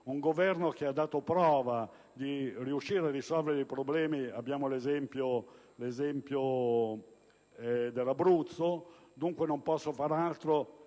un Governo che ha dato prova di riuscire a risolvere i problemi, come nel caso dell'Abruzzo. Dunque, non posso far altro